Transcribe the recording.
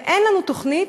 ואין לנו תוכנית,